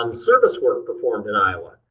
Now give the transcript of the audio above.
um service work performed in iowa.